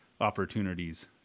opportunities